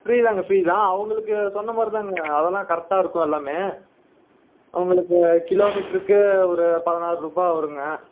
free தாங்க free தான் அவங்களுக்கு சொன்ன மாதிரி தாங்க அதெல்லாம் கரெட்டாக இருக்கும் எல்லாமே உங்களுக்கு கிலோமீட்டருக்கு ஒரு பதினாரூபா வரும்ங்க